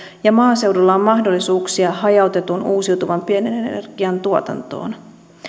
ja maaseudulla on mahdollisuuksia hajautetun uusiutuvan pienenergian tuotantoon